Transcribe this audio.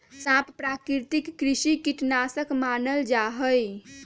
सांप प्राकृतिक कृषि कीट नाशक मानल जा हई